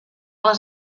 les